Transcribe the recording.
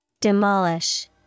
Demolish